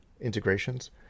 integrations